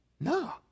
No